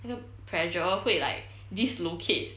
那个 the pressure 会 like dislocate